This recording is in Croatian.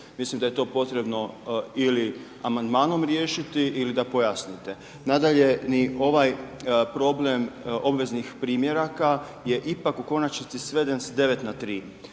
Mislim da je to potrebno ili amandmanom riješiti ili da pojasnite. Nadalje, ni ovaj problem obveznih primjeraka, je ipak u konačnici sveden s 9 na 3